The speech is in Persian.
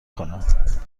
کنه